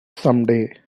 someday